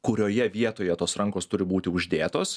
kurioje vietoje tos rankos turi būti uždėtos